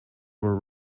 were